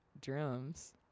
drums